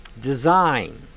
design